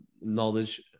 knowledge